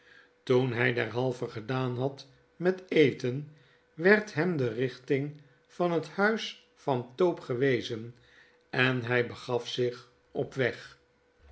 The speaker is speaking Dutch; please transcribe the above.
toen htj derhalve gedaan had met eten werd hem de richting van het huis van tope gewezen en hy begat zich op weg